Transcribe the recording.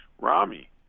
Rami